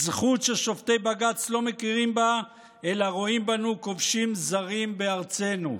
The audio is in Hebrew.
זכות ששופטי בג"ץ לא מכירים בה אלא רואים בנו כובשים זרים בארצנו.